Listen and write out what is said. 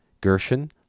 Gershon